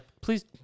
Please